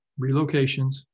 relocations